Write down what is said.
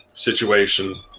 situation